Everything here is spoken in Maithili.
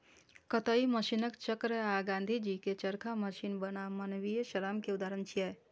कताइ मशीनक चक्र आ गांधीजी के चरखा मशीन बनाम मानवीय श्रम के उदाहरण छियै